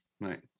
Right